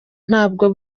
ntabwo